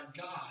God